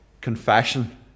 confession